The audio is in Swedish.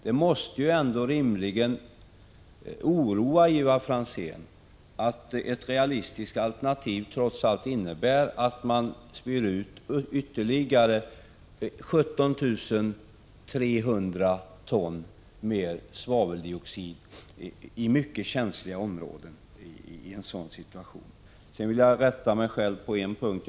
Det måste ändå rimligen oroa Ivar Franzén att ett realistiskt alternativ trots allt innebär att man i en sådan situation spyr ut ytterligare 17 300 ton svaveldixoid i mycket känsliga områden. Jag vill vidare rätta mig själv på en punkt.